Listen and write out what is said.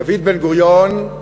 דוד בן-גוריון,